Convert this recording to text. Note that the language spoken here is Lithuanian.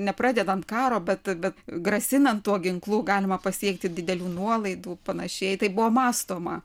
nepradedant karo bet bet grasinant ginklu galima pasiekti didelių nuolaidų panašiai taip buvo mąstoma